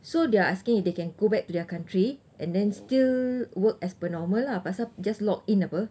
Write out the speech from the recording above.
so they are asking if they can go back to their country and then still work as per normal lah but so just log in apa